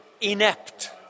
inept